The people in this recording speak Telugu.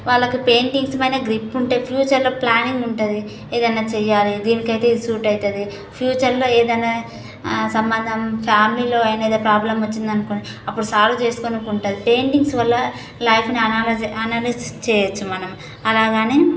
వాళ్లకు పెయింటింగ్స్ పైన గ్రిప్ ఉంటే ఫ్యూచర్లో ప్లానింగ్ ఉంటుంది ఏదన్నా చేయాలి దీనికైతే ఇది సూట్ అవుతుంది ఫ్యూచర్లో ఏదైనా సంబంధం ఫ్యామిలీలో అయినా ఏదన్నా ప్రాబ్లం వచ్చింది అనుకోండి అప్పుడు సాల్వ్ చేసుకోవడానికి ఉంటుంది పెయింటింగ్స్ వల్ల లైఫ్ని ఎనాలసిస్ ఎనాలసిస్ చేయొచ్చు మనం అలాగా అని